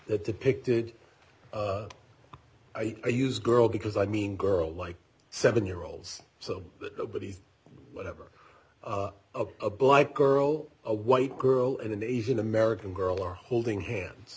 that depicted i use girl because i mean girl like seven year olds so nobody's whatever of a black girl a white girl and an asian american girl are holding hands